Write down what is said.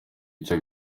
icyo